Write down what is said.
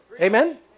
Amen